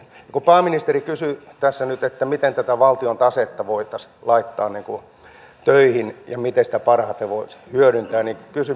ja kun pääministeri kysyi tässä nyt että miten tätä valtion tasetta voitaisiin laittaa niin kun töihin ja miten sitä parhaiten voisi hyödyntää niin kysyn pääministeriltä